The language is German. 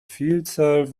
vielzahl